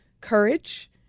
courage